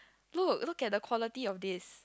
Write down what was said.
look look at the quality of this